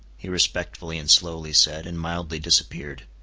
he respectfully and slowly said, and mildly disappeared.